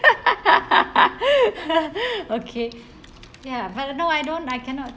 okay ya but you know I don't I cannot